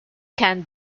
can